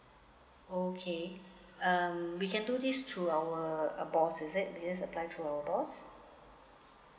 okay um we can do this through our uh boss is it is it apply through our boss